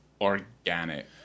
organic